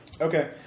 Okay